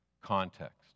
context